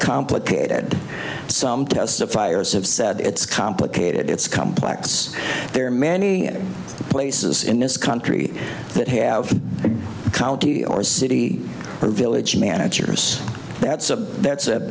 complicated some testifiers have said it's complicated it's complex there are many places in this country that have county or city or village managers that's a that's a